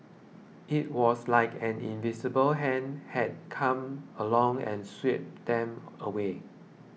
it was like an invisible hand had come along and swept them away